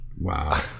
Wow